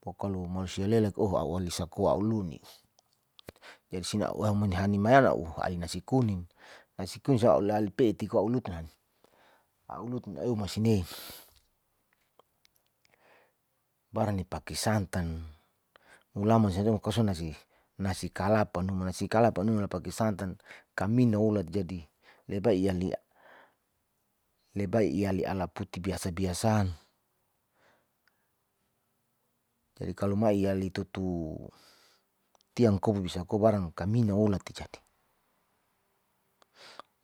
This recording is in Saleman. Pokalo mausia lelek oh a'u alisa koa auluni jadi sina a'u uahani mayana a'u ali nasikung, nasi kuning sia a'u lali patiko a'u lutun a'u lutun oh masine baran nipaki santan mulama sia koso nasi kala numa sinapaki santan kamino olat jadi,